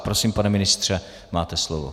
Prosím, pane ministře, máte slovo.